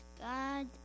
God